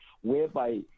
whereby